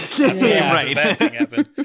Right